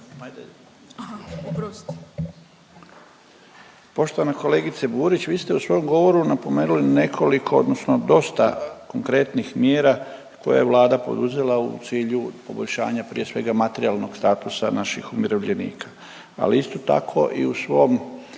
Poštovana kolegice Burić vi ste u svom govoru napomenuli nekoliko odnosno dosta konkretnih mjera koje je Vlada poduzela u cilju poboljšanja prije svega materijalnog statusa naših umirovljenika ali isto tako i u svom